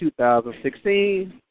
2016